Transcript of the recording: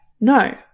no